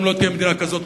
אם לא תהיה מדינה כזאת,